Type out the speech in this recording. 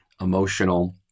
emotional